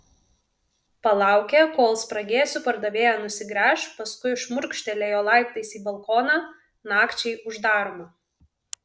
palaukė kol spragėsių pardavėja nusigręš paskui šmurkštelėjo laiptais į balkoną nakčiai uždaromą